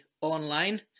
online